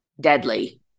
deadly